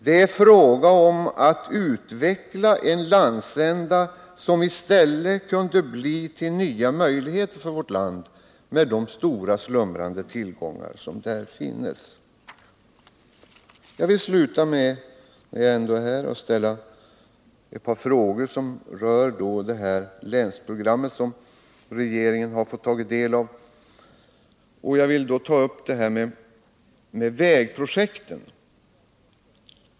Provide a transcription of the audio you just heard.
Det är fråga om att utveckla en landsända som i stället kunde bli en tillgång för vårt land med de stora slumrande värden som här finns. Jag vill sluta med att ställa ett par frågor som rör det här länsprogrammet som regeringen har fått ta del av. Jag vill ta upp detta med vägprojekten.